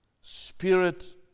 Spirit